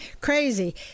Crazy